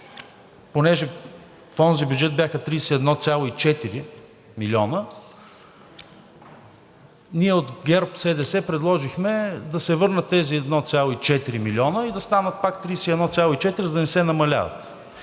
понеже в онзи бюджет бяха 31,4 милиона, ние от ГЕРБ-СДС предложихме да се върнат тези 1,4 милиона и да станат пак 31,4, за да не се намаляват.